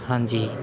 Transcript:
ਹਾਂਜੀ